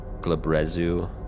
glabrezu